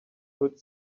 would